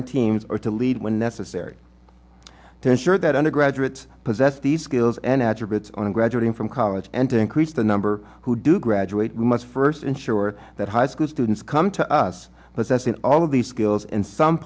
in teams or to lead when necessary to ensure that undergraduates possess the skills and attributes on graduating from college and increase the number who do graduate much first ensure that high school students come to us but that's in all of the skills and some